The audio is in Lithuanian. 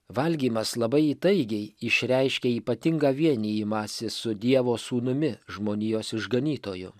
valgymas labai įtaigiai išreiškia ypatingą vienijimąsi su dievo sūnumi žmonijos išganytoju